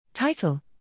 Title